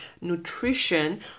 nutrition